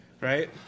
Right